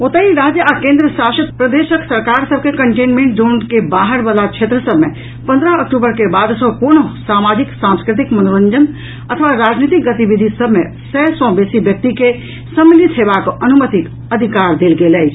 ओतहि राज्य आ केन्द्रशासित प्रदेशक सरकार सभ के कंटेनमेंट जोन के बाहर वला क्षेत्र सभ मे पन्द्रह अक्टूबर के बाद सँ कोनहुँ सामाजिक सांस्कृतिक मनोरंजन अथवा राजनीतिक गतिविधि सभ मे सय सँ बेसी व्यक्ति के सम्मिलित हेबाक अनुमतिक अधिकार देल गेल अछि